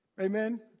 Amen